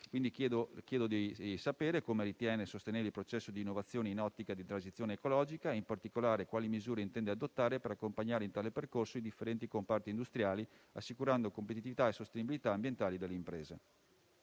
Le chiedo di sapere come ritenga di sostenere il processo di innovazione in ottica di transizione ecologica e, in particolare, quali misure intenda adottare per accompagnare in tale percorso i differenti comparti industriali, assicurando competitività e sostenibilità ambientale delle imprese.